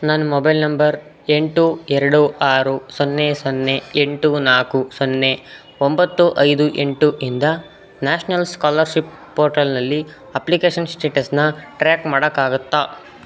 ನನ್ನ mobile number ಎಂಟು ಎರಡು ಆರು ಸೊನ್ನೆ ಸೊನ್ನೆ ಎಂಟು ನಾಲ್ಕು ಸೊನ್ನೆ ಒಂಬತ್ತು ಐದು ಎಂಟು ಇಂದ ನ್ಯಾಷನಲ್ ಸ್ಕಾಲರ್ಷಿಪ್ ಪೋರ್ಟಲ್ನಲ್ಲಿ ಅಪ್ಲಿಕೇಷನ್ ಸ್ಟೇಟಸನ್ನ ಟ್ರ್ಯಾಕ್ ಮಾಡೋಕ್ಕಾಗತ್ತಾ